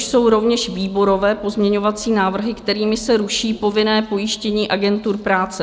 Jsou to rovněž výborové pozměňovací návrhy, kterými se ruší povinné pojištění agentur práce.